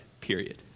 period